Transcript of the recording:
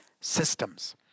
systems